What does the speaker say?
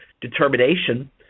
determination